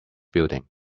building